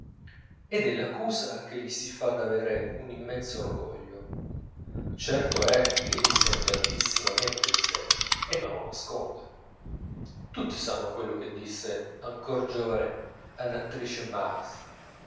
ed è l'accusa che gli si fa d'avere un immenso orgoglio certo è che egli sente altissimamente di sè e non lo nasconde tutti sanno quello che disse ancor giovane all'attrice mars